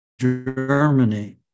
Germany